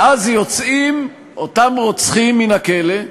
ואז יוצאים אותם רוצחים מן הכלא,